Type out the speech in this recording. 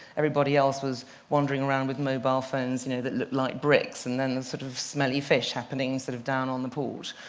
everybody else was wandering around with mobile phones you know that looked like bricks and and sort of smelly fish happening sort of down on the port.